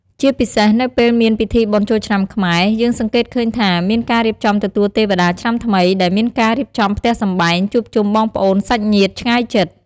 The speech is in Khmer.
ជាពិសេសនៅពេលមានពិធីបុណ្យចូលឆ្នាំខ្មែរ យើងសង្កេតឃើញថាមានការរៀបចំទទួលទេវតាឆ្នាំថ្មី ដែលមានការរៀបចំផ្ទះសម្បែង ជួបជុំបងប្អូនសាច់ញាតិឆ្ងាយជិត។